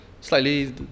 slightly